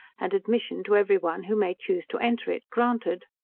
and admission to every one who may choose to enter it, granted.